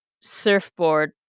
surfboard